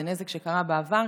זה נזק שקרה בעבר,